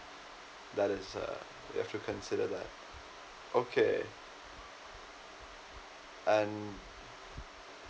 that is uh we have to consider that okay and